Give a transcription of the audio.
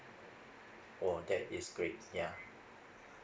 oh that is great yeah